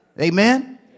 Amen